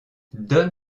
donne